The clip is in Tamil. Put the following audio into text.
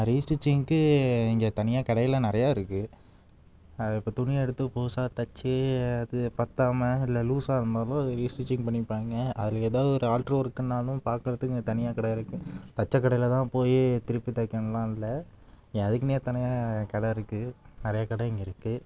ரீ ஸ்டிச்சிங்க்கு இங்கே தனியாக கடையெல்லாம் நிறைய இருக்குது இப்போ துணி எடுத்து புதுசா தச்சு அது பற்றாம இல்லை லூசாக இருந்தாலும் அது ரீ ஸ்டிச்சிங் பண்ணிப்பாங்க அதில் ஏதாவது ஒரு ஆல்ட்ரு ஒர்க்குன்னாலும் பார்க்கறத்துக்கு இங்கே தனியாக் கடை இருக்குது தைச்ச கடையில தான் போய் திருப்பி தைக்கிணுன்லா இல்லை இங்கே அதுக்குனே தனியாக கடை இருக்குது நிறைய கடை இங்கே இருக்குது